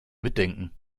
mitdenken